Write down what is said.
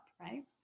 right